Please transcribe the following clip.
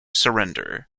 surrender